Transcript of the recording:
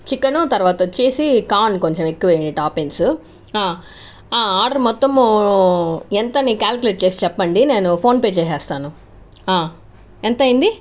chicken తర్వాత వచ్చేసి corn కొంచెం ఎక్కువెయ్యి టాపిన్స్ ఆర్డర్ మొత్తం ఎంత అని కాలిక్యూలేట్ చేసి చెప్పండి నేను ఫోన్ పే చేసేస్తాను ఎంతైంది